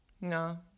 no